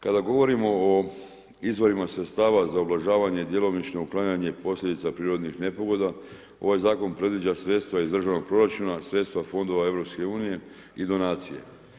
Kada govorimo o izvorima sredstava za ublažavanje djelomično uklanjanje posljedica prirodnih nepogoda ovaj zakon predviđa sredstva iz državnog proračuna, sredstva fondova EU i donacije.